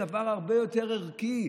זה דבר הרבה יותר ערכי.